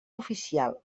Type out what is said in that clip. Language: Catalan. oficial